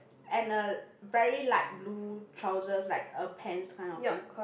and a very light blue trousers like a pants kind of thing